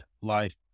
life